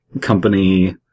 company